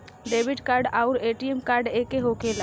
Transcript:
Debit card आउर ATM card एके होखेला?